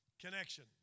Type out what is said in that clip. Connection